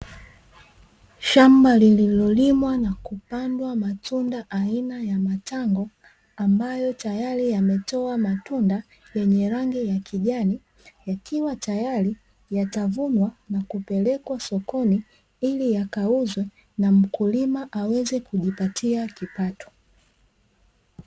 Shamba lililoliwa na kupandwa matunda aina ya matango, ambayo tayari yametoa matunda yenye rangi ya kijani, yakiwa tayari yatavunwa na kupelekwa sokoni ili yakauzwe na mkulima aweze kujipatia kipato.